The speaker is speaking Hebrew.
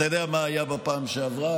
אתה יודע מה היה בפעם שעברה.